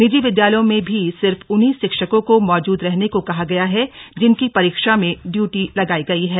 निजी विद्यालयों में भी सिर्फ उन्हीं शिक्षकों को मौजूद रहने को कहा गया है जिनकी परीक्षा में ड्यूटी लगाई गई है